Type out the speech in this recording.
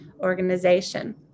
organization